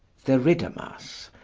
theridamas,